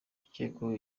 abakekwaho